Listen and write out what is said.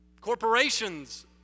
Corporations